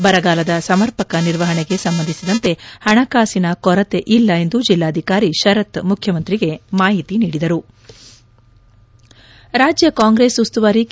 ಬರಗಾಲದ ಸಮರ್ಪಕ ನಿರ್ವಹಣೆಗೆ ಸಂಬಂಧಿಸಿದಂತೆ ಹಣಕಾಸಿನ ಕೊರತೆ ಇಲ್ಲ ಎಂದು ಜಿಲ್ಲಾಧಿಕಾರಿ ಶರತ್ ಮುಖ್ಯಮಂತ್ರಿಗೆ ಮಾಹಿತಿ ನೀಡಿದರು ರಾಜ್ಯ ಕಾಂಗ್ರೆಸ್ ಉಸ್ತುವಾರಿ ಕೆ